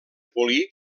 polir